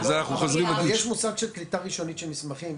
כמה שעות --- אבל יש מושג של קליטה ראשונית של מסמכים,